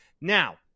now